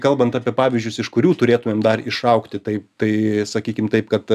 kalbant apie pavyzdžius iš kurių turėtumėm dar išaugti taip tai sakykim taip kad